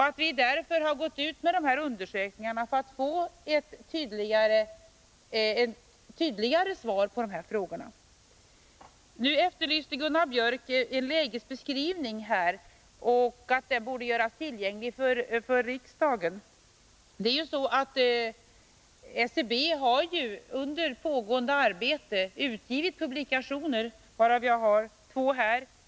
Det är därför vi beställt dessa undersökningar för att få ett tydligare svar på dessa frågor. Nu efterlyste Gunnar Biörck en lägesbeskrivning, som borde göras tillgänglig för riksdagen. SCB har under pågående arbete utgivit publikationer, varav jag har två här.